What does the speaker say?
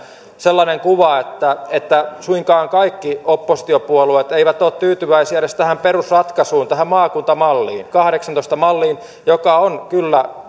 sellainen kuva että että suinkaan kaikki oppositiopuolueet eivät ole tyytyväisiä edes tähän perusratkaisuun tähän maakuntamalliin kahdeksantoista malliin joka on kyllä